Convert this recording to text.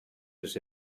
his